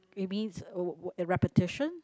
it means oh a repetition